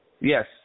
Yes